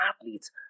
athletes